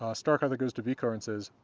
starkadr goes to vikarr and says,